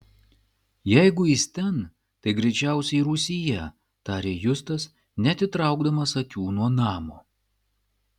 jeigu jis ten tai greičiausiai rūsyje tarė justas neatitraukdamas akių nuo namo